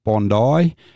Bondi